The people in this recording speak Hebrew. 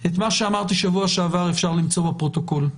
את מה שאמרתי בשבוע שעבר, אפשר למצוא בפרוטוקול.